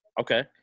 Okay